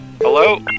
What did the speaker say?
Hello